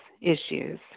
issues